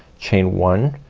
chain one,